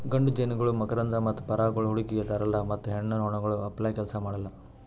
ಗಂಡು ಜೇನುನೊಣಗೊಳ್ ಮಕರಂದ ಮತ್ತ ಪರಾಗಗೊಳ್ ಹುಡುಕಿ ತರಲ್ಲಾ ಮತ್ತ ಹೆಣ್ಣ ನೊಣಗೊಳ್ ಅಪ್ಲೇ ಕೆಲಸ ಮಾಡಲ್